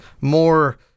more